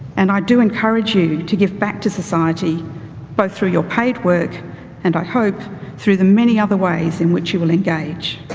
and i do encourage you to give back to society both through your paid work and i hope through the many other ways in which you will engage.